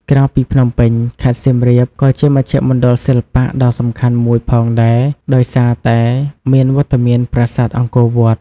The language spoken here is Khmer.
ក្រៅពីភ្នំពេញ ខេត្តសៀមរាបក៏ជាមជ្ឈមណ្ឌលសិល្បៈដ៏សំខាន់មួយផងដែរ ដោយសារតែមានវត្តមានប្រាសាទអង្គរវត្ត។